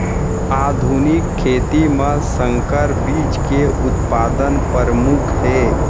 आधुनिक खेती मा संकर बीज के उत्पादन परमुख हे